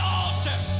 altar